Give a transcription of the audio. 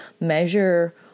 Measure